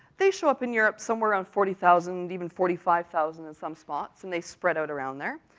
they show up in europe somewhere around forty thousand, even forty five thousand, in some spots, and they spread out around there,